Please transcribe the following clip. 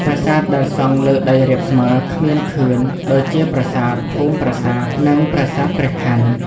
ប្រាសាទដែលសង់លើដីរាបស្មើ គ្មានខឿន ដូចជាប្រាសាទភូមិប្រាសាទ និងប្រាសាទព្រះខាន់។